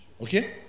okay